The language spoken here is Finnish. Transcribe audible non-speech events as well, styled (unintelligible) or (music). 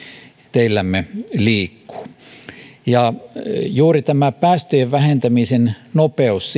teillämme liikkuvat juuri tähän päästöjen vähentämisen nopeuteen (unintelligible)